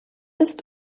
ist